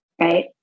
right